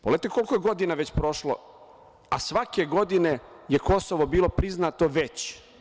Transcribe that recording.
Pogledajte koliko je godina već prošlo, a svake godine je Kosovo bilo priznato već.